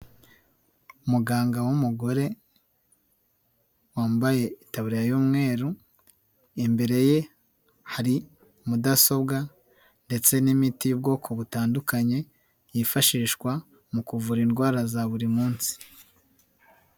Muganga w'umugore wambaye ikabu y'umweru, imbere ye hari mudasobwa ndetse n'imiti y'bwoko butandukanye yifashishwa mu kuvura indwara za buri munsi.